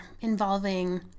involving